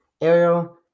Ariel